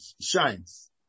Shines